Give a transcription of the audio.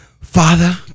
father